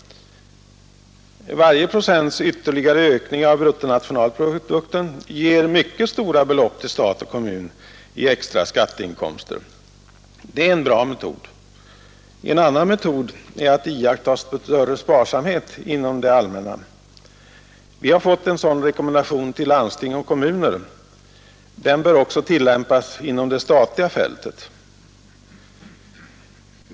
Varje procents ytterligare ökning av bruttonationalprodukten ger mycket stora belopp till stat och kommun i extra skatteinkomster. Det är en bra metod. En annan metod är att iaktta större sparsamhet inom det allmänna. En sådan rekommendation har landsting och kommuner fått. Den bör också tillämpas inom det statliga fältet.